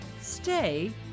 stay